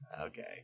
Okay